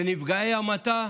לנפגעי המתה,